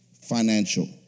Financial